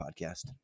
podcast